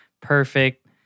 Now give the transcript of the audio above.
perfect